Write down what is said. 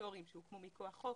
סטטוטוריים שהוקמו מכוח חוק,